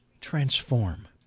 transform